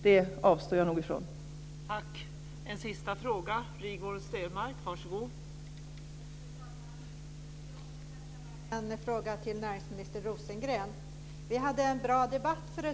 Jag avstår nog från det.